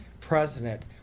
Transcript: president